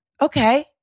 Okay